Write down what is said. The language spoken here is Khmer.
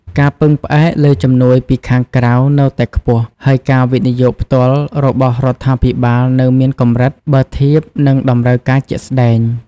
ការពឹងផ្អែកលើជំនួយពីខាងក្រៅនៅតែខ្ពស់ ហើយការវិនិយោគផ្ទាល់របស់រដ្ឋាភិបាលនៅមានកម្រិតបើធៀបនឹងតម្រូវការជាក់ស្តែង។